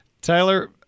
Tyler